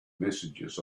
messages